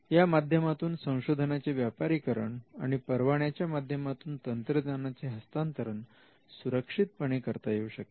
या माध्यमातून संशोधनाचे व्यापारीकरण आणि परवान्याच्या माध्यमातून तंत्रज्ञानाचे हस्तांतरण सुरक्षितपणे करता येऊ शकते